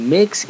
Mix